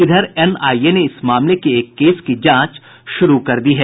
इधर एनआईए ने इस मामले के एक केस की जांच शुरू कर दी है